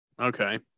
Okay